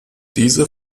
diese